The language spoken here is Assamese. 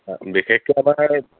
বিশেষকৈ আমাৰ